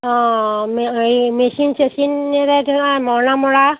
অ' ম্যে মেচিন চেচিনেৰে ধৰা মৰণা মৰা